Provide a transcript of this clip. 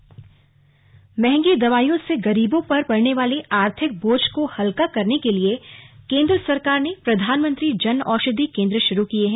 slug जन औषधि केन्द्र महंगी दवाइयों से गरीबों पर पड़ने वाले आर्थिक बोझ को हल्का करने के लिए केंद्र सरकार ने प्रधानमंत्री जन औषधि केंद्र शुरू किये हैं